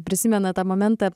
prisimena tą momentą